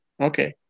okay